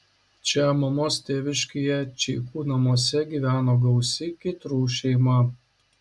čia mamos tėviškėje čeikų namuose gyveno gausi kytrų šeima